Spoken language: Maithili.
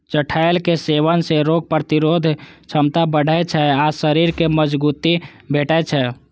चठैलक सेवन सं रोग प्रतिरोधक क्षमता बढ़ै छै आ शरीर कें मजगूती भेटै छै